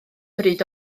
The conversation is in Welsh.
bryd